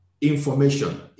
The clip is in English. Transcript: information